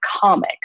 comic